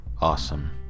Awesome